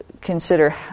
consider